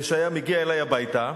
שהיה מגיע אלי הביתה,